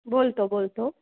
बोलतो बोलतो